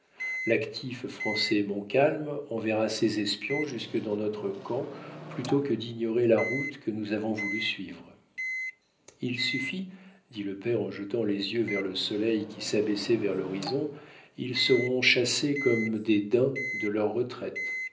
l'actif français montcalm enverra ses espions jusque dans notre camp plutôt que d'ignorer la route que nous avons voulu suivre il suffit dit le père en jetant les yeux vers le soleil qui s'abaissait vers l'horizon ils seront chassés comme des daims de leur retraite